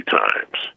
times